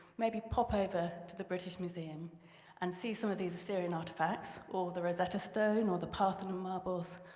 maybe pop over to the british museum and see some of these assyrian artifiacts, or the rosetta stone, or the parthenon marbles,